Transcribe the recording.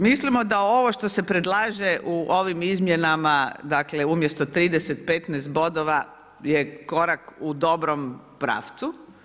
Mislimo da ovo što se predlaže u ovim izmjenama umjesto 30, 15 bodova je korak u dobrom pravcu.